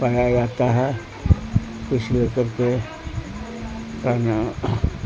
پایا جاتا ہے کچھ لے کر کے کرنا